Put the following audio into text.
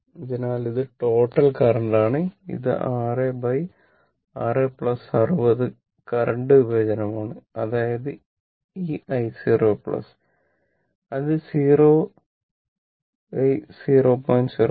അതിനാൽ ഇത് total current ആണ് ഇത് 66 60 കറന്റ് വിഭജനമാണ് അതായത് ഈ i 0 അത് 0 0